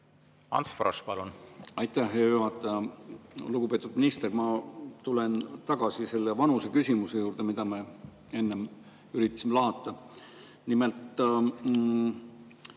Ants Frosch, palun! Aitäh, hea juhataja! Lugupeetud minister! Ma tulen tagasi selle vanuse küsimuse juurde, mida me enne üritasime lahata. Nimelt,